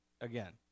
again